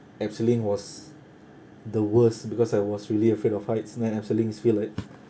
abseiling was the worst because I was really afraid of heights and then abseiling it's feels like